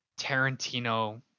Tarantino